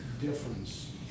difference